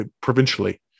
provincially